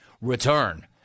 return